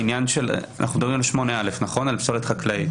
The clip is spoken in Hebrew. לעניין פסולת חקלאית?